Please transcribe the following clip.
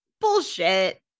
bullshit